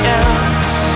else